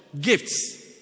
Gifts